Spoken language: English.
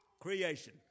creation